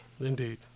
Indeed